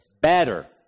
better